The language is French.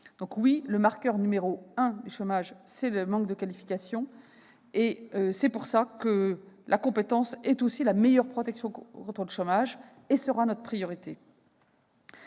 %. Oui, le marqueur n° 1 du chômage, c'est le manque de qualification ! C'est pourquoi la compétence est la meilleure protection contre le chômage, et sera notre priorité.